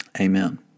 Amen